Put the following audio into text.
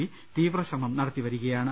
B തീവ്ര ശ്രമം നടത്തിവരികയാണ്